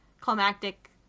climactic